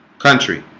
country